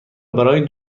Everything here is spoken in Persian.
برای